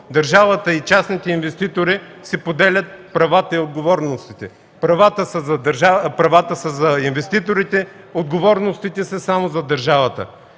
държавата и частните инвеститори си поделят правата и отговорностите. Правата са за инвеститорите, отговорностите са само за държавата.